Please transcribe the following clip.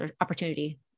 opportunity